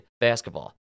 basketball